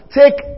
take